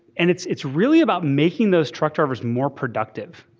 and it's it's really about making those truck drivers more productive.